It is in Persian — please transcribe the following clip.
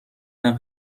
ادم